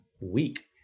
week